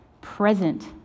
present